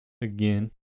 again